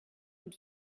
und